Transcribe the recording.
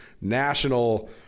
national